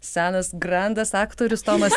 senas grandas aktorius tomas